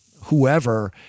whoever